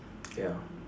ya